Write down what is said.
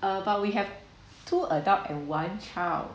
but uh we have two adult and one child